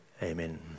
Amen